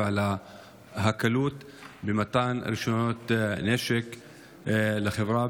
ועל הקלוּת במתן רישיונות נשק בחברה,